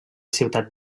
ciutat